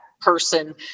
person